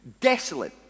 desolate